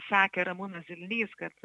sakė ramūnas zilnys kad